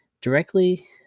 directly